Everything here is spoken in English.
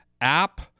app